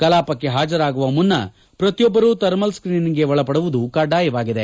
ಕಲಾಪಕ್ಕೆ ಹಾಜರಾಗುವ ಮುನ್ನ ಪ್ರತಿಯೊಬ್ಬರು ಥರ್ಮಲ್ ಸ್ತೀನಿಂಗ್ಗೆ ಒಳಪಡುವುದು ಕಡ್ಡಾಯವಾಗಿದೆ